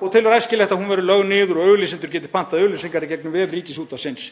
og telur æskilegt að hún verði lögð niður og auglýsendur geti pantað auglýsingar í gegnum vef Ríkisútvarpsins,